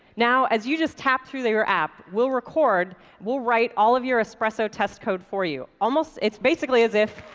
now as you just tap through your app, we'll record we'll write all of your espresso test code for you. almost it's basically as if